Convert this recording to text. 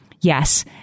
Yes